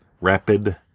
Rapid